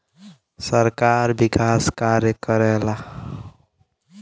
सरकार विकास कार्य करला